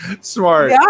Smart